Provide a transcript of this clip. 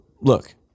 Look